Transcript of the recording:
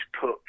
put